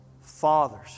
Fathers